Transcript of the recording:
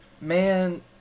Man